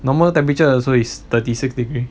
normal temperature also is thirty six degrees